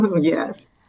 Yes